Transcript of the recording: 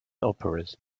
operas